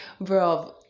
bro